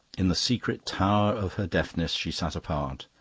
in the secret tower of her deafness she sat apart,